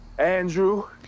andrew